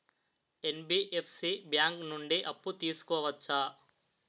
NBFC bank నుండి అప్పు తీసుకోవచ్చా?